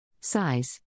Size